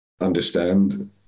understand